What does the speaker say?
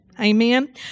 Amen